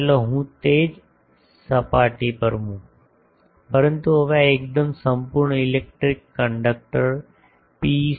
ચાલો હું તે જ સપાટીઓ મૂકું પરંતુ હવે આ એકદમ સંપૂર્ણ ઇલેક્ટ્રિક કંડક્ટર પી